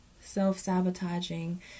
self-sabotaging